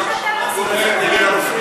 מה שאתם עשיתם, נגד הרופאים.